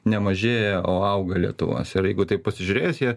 nemažėja o auga lietuvos ir jeigu taip pasižiūrėjus ją